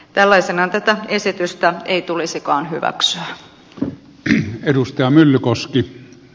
tällaisenaan tätä esitystä ei tulisikaan hyväksyä